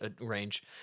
range